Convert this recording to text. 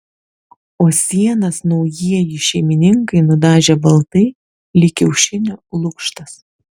o sienas naujieji šeimininkai nudažė baltai lyg kiaušinio lukštas